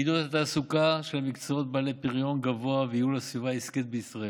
עידוד תעסוקה במקצועות בעל פריון גבוה וייעול הסביבה העסקית בישראל.